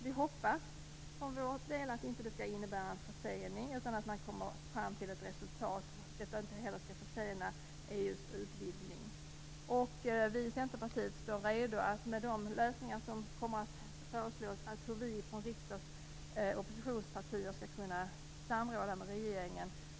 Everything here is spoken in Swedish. Vi hoppas för vår del att det inte skall innebära en försening utan att man kommer fram till ett resultat, och att detta inte heller skall försena EU:s utvidgning. Vi i Centerpartiet står redo att arbeta inom ramen för de lösningar som kommer att föreslås för hur vi som oppositionspartier skall kunna samråda med regeringen.